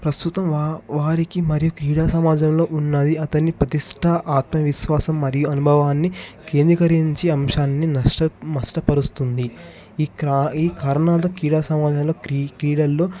ప్రస్తుతం వారి వారికి మరియు క్రీడ సమాజంలో ఉన్నది అతని ప్రతిష్ట ఆత్మవిశ్వాసం మరియు అనుభవాన్ని కేంద్రీకరించి అంశాన్ని నష్టం నష్టపరుస్తుంది ఇక ఈ కారణాల క్రీడ సమాజంలో క్రీడల్లో